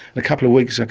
a couple of weeks, and